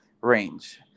range